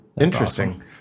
interesting